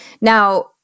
Now